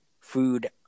food